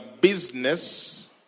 business